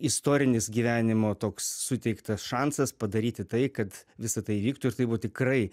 istorinis gyvenimo toks suteiktas šansas padaryti tai kad visa tai įvyktų ir tai buvo tikrai